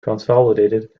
consolidated